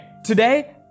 Today